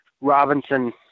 Robinson